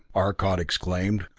arcot exclaimed.